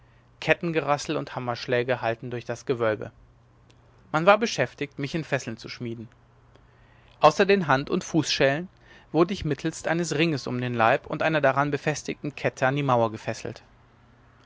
kettengerassel und hammerschläge hallten durch das gewölbe man war beschäftigt mich in fesseln zu schmieden außer den hand und fußschellen wurde ich mittelst eines ringes um den leib und einer daran befestigten kette an die mauer gefesselt